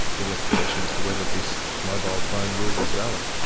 that left a question as to whether this mobile phone will was valid.